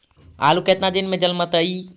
आलू केतना दिन में जलमतइ?